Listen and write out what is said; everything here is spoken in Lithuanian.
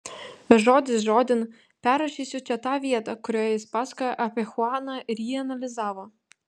žodis žodin perrašysiu čia tą vietą kurioje jis pasakojo apie chuaną ir jį analizavo